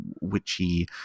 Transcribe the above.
witchy